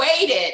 waited